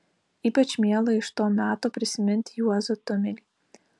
ypač miela iš to meto prisiminti juozą tumelį